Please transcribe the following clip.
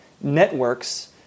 networks